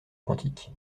quantique